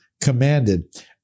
commanded